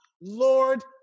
Lord